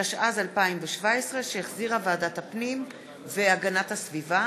התשע"ז 2017, שהחזירה ועדת הפנים והגנת הסביבה.